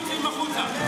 מוציאים החוצה.